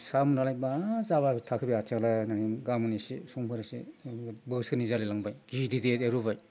फिसा नालाय मा जालाबाय थाखोब्रा आथिङालाय होननानै गाबोन एसे समफोर एसे बोसोरनै जालाय लांबाय गिदिर देरबोबाय